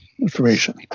information